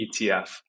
ETF